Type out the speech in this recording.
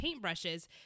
paintbrushes